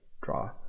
draw